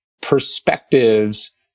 perspectives